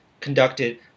conducted